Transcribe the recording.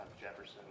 Jefferson